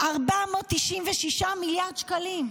496 מיליארד שקלים,